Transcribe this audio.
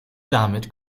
damit